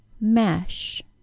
Mesh